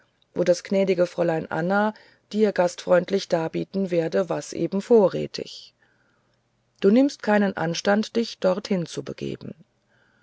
wo das gnädige fräulein anna dir gastfreundlich darbieten werde was eben vorrätig du nimmst keinen anstand dich dorthin zu begeben